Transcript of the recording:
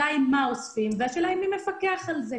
מה אוספים ומי מפקח על זה.